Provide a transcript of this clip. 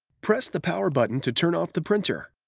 press the power button to turn off the printer.